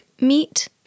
meat